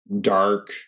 dark